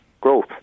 growth